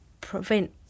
prevent